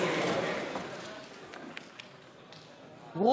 מתחייב